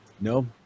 No